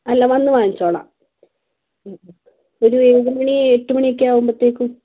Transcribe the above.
അല്ല വന്നു വാങ്ങിച്ചുകൊളളാം ഓക്കെ ഒരു ഏഴ് മണി എട്ട് മണി ഒക്കെ ആവുമ്പോഴത്തേക്കും